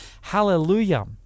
hallelujah